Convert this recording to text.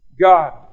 God